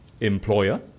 Employer